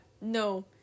no